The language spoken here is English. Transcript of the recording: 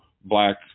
black